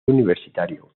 universitario